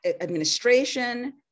administration